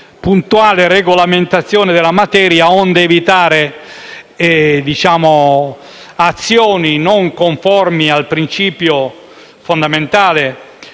puntuale regolamentazione della materia onde evitare azioni non conformi al principio fondamentale